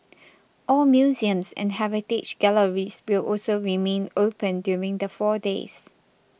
all museums and heritage galleries will also remain open during the four days